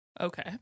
Okay